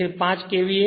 તેથી 5 KVA